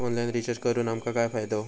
Online recharge करून आमका काय फायदो?